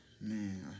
man